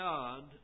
God